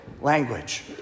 language